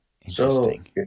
Interesting